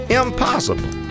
impossible